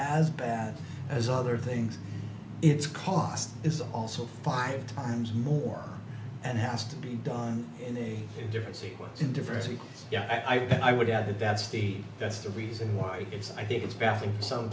as bad as other things it's cost is also five times more and has to be done in a different sequence in diversity yeah i think i would add that that's the that's the reason why it's i think it's